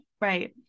Right